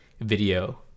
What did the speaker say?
video